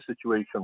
situation